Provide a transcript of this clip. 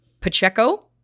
Pacheco